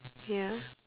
ya